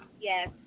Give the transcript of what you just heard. Yes